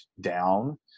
down